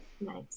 Nice